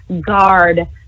guard